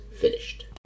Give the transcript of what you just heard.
finished